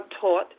taught